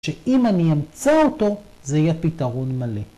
שאם אני אמצא אותו זה יהיה פתרון מלא.